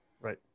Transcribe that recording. right